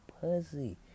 pussy